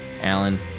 Alan